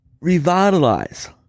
revitalize